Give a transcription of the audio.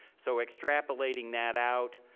so extrapolating that out.